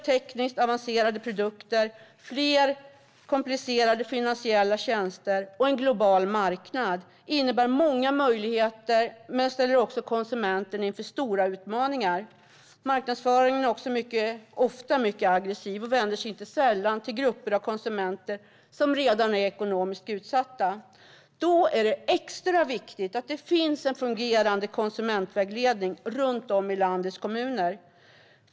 Tekniskt avancerade produkter, fler komplicerade finansiella tjänster och en global marknad innebär många möjligheter men ställer också konsumenten inför stora utmaningar. Marknadsföringen är också ofta mycket aggressiv och vänder sig inte sällan till grupper av konsumenter som redan är ekonomiskt utsatta. Då är det extra viktigt att det finns en fungerande konsumentvägledning runt om i landets kommuner.